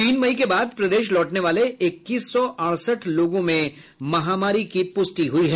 तीन मई के बाद प्रदेश लौटने वाले इक्कीस सौ अड़सठ लोगों में महामारी की प्रष्टि हुई है